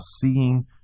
seeing